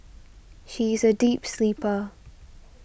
she is a deep sleeper